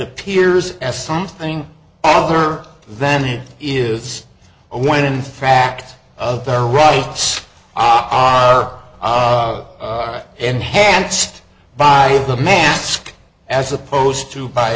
appears as something other than it is when in fact of their rights are enhanced by the mask as opposed to b